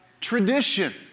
tradition